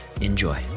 Enjoy